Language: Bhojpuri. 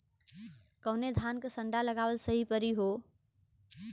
कवने धान क संन्डा लगावल सही परी हो?